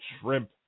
shrimp